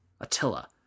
Attila